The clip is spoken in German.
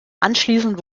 anschließend